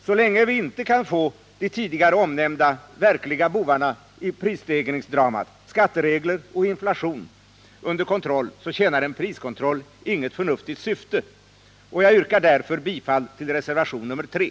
Så länge vi inte kan få de tidigare omnämnda verkliga bovarna i prisstegringsdramat, skatteregler och inflation, under kontroll, tjänar en priskontroll inget förnuftigt syfte. Jag yrkar därför bifall till reservationen 3.